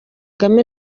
kagame